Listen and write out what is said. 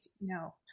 no